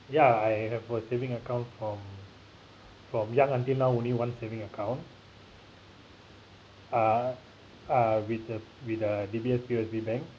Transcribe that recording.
ya I have a saving account from from young until now only one saving account uh uh with the with the D_B_S P_O_S_B bank